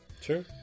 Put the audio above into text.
Sure